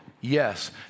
Yes